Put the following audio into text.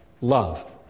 love